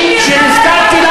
הדברים שלי לגמרי,